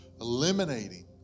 Eliminating